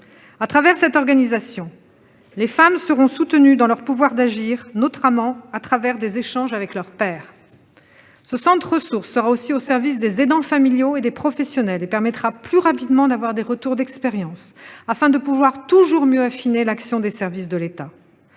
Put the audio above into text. Avec cette organisation, les femmes seront soutenues dans leur pouvoir d'agir, notamment au travers d'échanges avec leurs pairs. Ces centres seront aussi au service des aidants familiaux et des professionnels ; ils permettront d'avoir plus rapidement des retours d'expérience, afin d'affiner toujours mieux l'action des services de l'État.